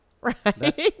Right